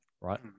right